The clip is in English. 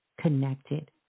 connected